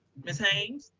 ms. haynes.